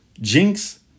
Jinx